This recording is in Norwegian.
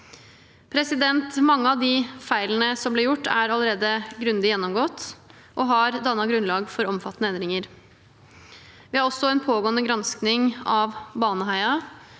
Mange av feilene som ble gjort, er allerede grundig gjennomgått og har dannet grunnlag for omfattende endringer. Vi har også en pågående gransking av Baneheia-saken,